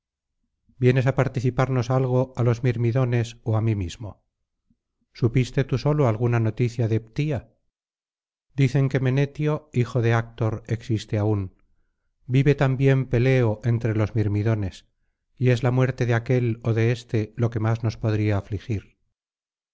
vienes á participarnos algo á los mirmidones ó á mí mismo supiste tú solo alguna noticia de ptía dicen que menetio hijo de actor existe aún vive también peleo éntrelos mirmidones yes la muerte de aquél ó de éste lo que más nos podría afligir